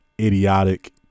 idiotic